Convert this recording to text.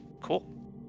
cool